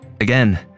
Again